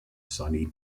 sunny